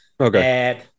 Okay